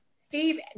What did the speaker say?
Steve